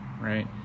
right